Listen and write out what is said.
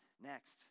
next